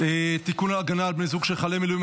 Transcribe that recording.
(החזרה לעבודה) (תיקון מס' 19) (הגנה על בני זוג של משרתים במילואים),